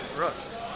Rust